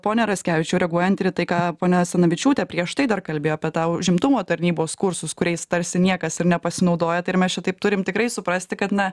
pone raskevičiau reaguojant į tai ką ponia asanavičiūtė prieš tai dar kalbėjo apie tą užimtumo tarnybos kursus kuriais tarsi niekas ir nepasinaudoja tai ar mes čia taip turime tikrai suprasti kad na